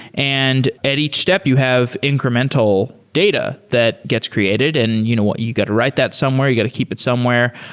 and at each step you have incremental data that gets created and you know you got to write that somewhere. you got to keep it somewhere,